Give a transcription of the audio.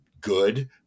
good